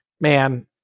Man